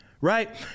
right